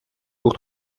pour